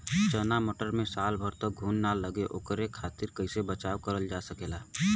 चना मटर मे साल भर तक घून ना लगे ओकरे खातीर कइसे बचाव करल जा सकेला?